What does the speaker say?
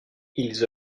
ils